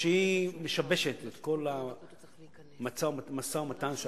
ושהיא משבשת את כל המשא-ומתן עם הפלסטינים,